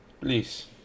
Please